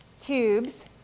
tubes